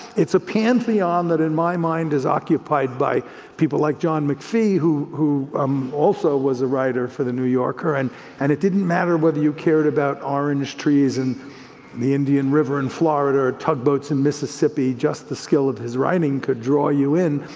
it's a pantheon that in my mind is occupied by people like john mcphee who who um also was a writer for the new yorker, and and it didn't matter whether you cared about orange trees in the indian river in florida, or tugboats in mississippi, just the skill of his writing could draw you in,